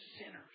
sinners